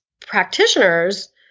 practitioners